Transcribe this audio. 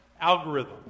algorithm